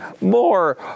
more